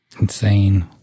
Insane